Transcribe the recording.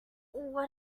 what